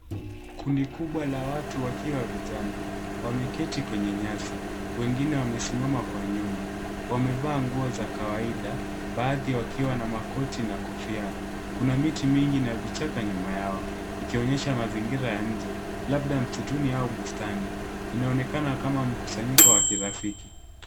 Kundi kubwa la watu wakiwa vijana wameketi kwenye nyasi wengine wamesimama kwa nyuma. Wamevaa nguo za kawaida baadhi wakiwa na makoti na kofia. Kuna miti mingi na vichaka nyuma yao ikionyesha mazingira ya nje labda msituni au bustani. Inaonekana kama mkusanyiko wa kirafiki.